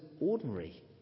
ordinary